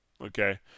Okay